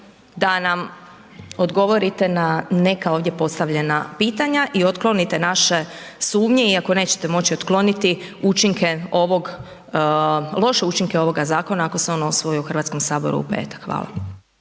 da nam odgovorite na neka ovdje postavljena pitanja i otklonite naše sumnje iako nećete moći otkloniti učinke ovog, loše učinke ovog zakona ako se on usvoji u Hrvatskom saboru u petak. Hvala.